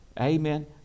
Amen